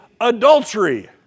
adultery